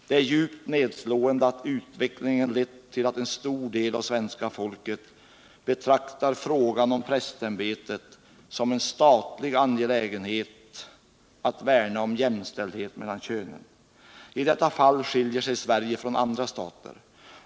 Det är djupt nedslående att utvecklingen lett till att en stor del av svenska folket betraktar frågan om prästämbetet som en statlig angelägenhet som gäller att värna om jämställdheten mellan könen. I dewua fall skiljer sig Sverige från andra stater.